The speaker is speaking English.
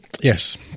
Yes